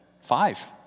five